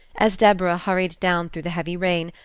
as deborah hurried down through the heavy rain,